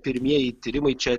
pirmieji tyrimai čia